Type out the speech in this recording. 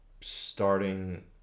starting